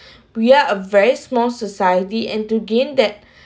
we are a very small society and to gain that